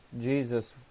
Jesus